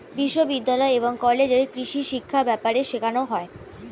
বিশ্ববিদ্যালয় এবং কলেজে কৃষিশিক্ষা ব্যাপারে শেখানো হয়